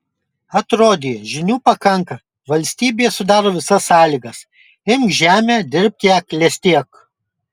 atrodė žinių pakanka valstybė sudaro visas sąlygas imk žemę dirbk ją klestėk